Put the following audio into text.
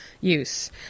use